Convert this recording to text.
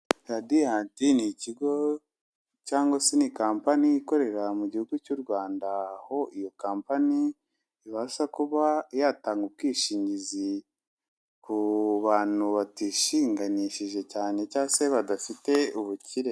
Radiyanti ni ikigo cyangwa se ni kampani ikorera mu gihugu cy'u Rwanda aho iyo kampini ibasha kuba yatanga ubwishingizi ku bantu batishinganishije cyane cyangwa se badafite ubukire.